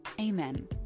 Amen